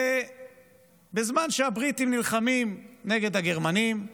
ובזמן שהבריטים נלחמים נגד הגרמנים,